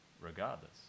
regardless